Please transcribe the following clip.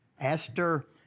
Esther